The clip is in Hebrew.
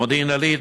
מודיעין-עילית,